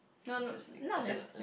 no no not necessarily